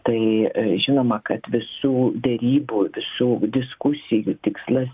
tai žinoma kad visų derybų visų diskusijų tikslas